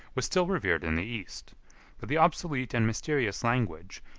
was still revered in the east but the obsolete and mysterious language,